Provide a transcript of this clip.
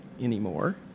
anymore